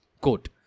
Quote